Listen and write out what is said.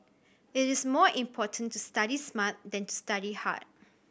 it is more important to study smart than to study hard